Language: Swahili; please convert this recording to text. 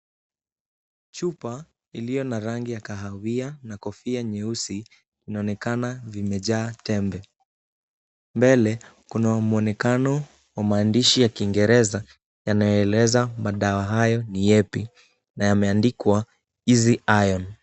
Chupa iliyo na rangi ya kahawia na kofia nyeusi inaonekana vimejaa tembe. Mbele kuna mwonekana wa maandishi ya kiingereza yanayoeleza madawa hayo ni yepi na yameandikwa easy iron .